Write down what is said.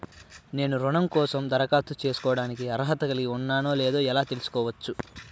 నేను రుణం కోసం దరఖాస్తు చేసుకోవడానికి అర్హత కలిగి ఉన్నానో లేదో ఎలా తెలుసుకోవచ్చు?